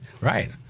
Right